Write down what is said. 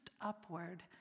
upward